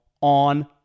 on